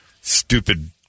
stupid